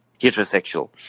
heterosexual